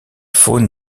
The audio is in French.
faune